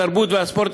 התרבות והספורט,